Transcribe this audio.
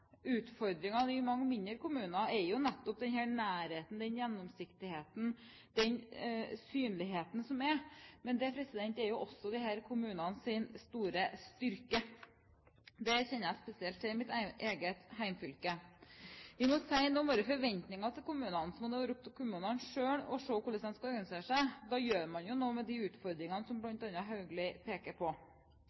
Utfordringene i mange mindre kommuner er jo nettopp den nærheten, den gjennomsiktigheten, den synligheten som er der. Men det er jo også disse kommunenes store styrke. Det kjenner jeg spesielt til i mitt eget hjemfylke. Vi må si noe om våre forventninger til kommunene, og så må det være opp til kommunene selv å se hvordan de skal organisere seg. Da gjør man noe med de utfordringene som bl.a. Haugli peker på.